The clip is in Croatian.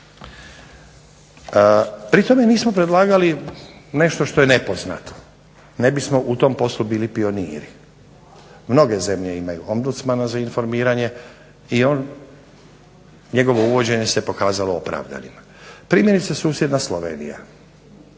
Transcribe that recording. Pri tome nismo predlagali nešto što je nepoznato ne bismo u tom poslu bili pioniri. Mnoge zemlje imaju ombucmana za informiranje i on njegovo uvođenje se pokazalo opravdanima. Primjerice susjedna slovenija,